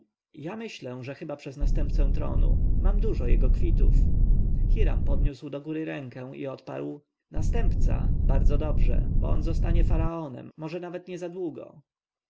ja myślę że chyba przez następcę tronu mam dużo jego kwitów hiram podniósł do góry rękę i odparł następca bardzo dobrze bo on zostanie faraonem może nawet niezadługo